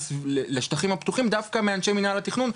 לשטחים הפתוחים דווקא מאנשי מנהל התיכנון,